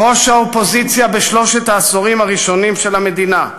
ראש האופוזיציה בשלושת העשורים הראשונים של המדינה,